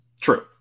True